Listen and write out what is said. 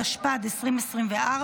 התשפ"ד 2024,